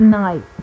night